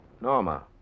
Norma